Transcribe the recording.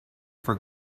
for